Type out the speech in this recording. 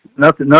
nothing,